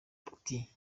ati